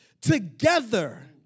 together